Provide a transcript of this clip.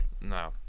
No